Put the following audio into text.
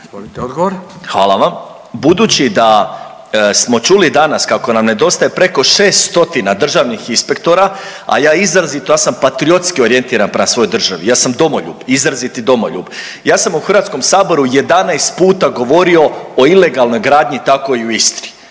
Hvala vam. Budući da smo čuli danas kako nam nedostaje preko 6 stotina državnih inspektora, a ja izrazito, ja sam patriotski orijentiran prema svojoj državi, ja sam domoljub, izraziti domoljub, ja sam u HS 11 puta govorio o ilegalnoj gradnji, tako i u Istri